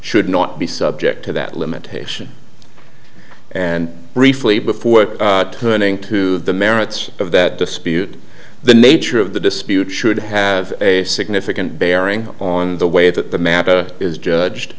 should not be subject to that limitation and briefly before turning to the merits of that dispute the nature of the dispute should have a significant bearing on the way that the man is judged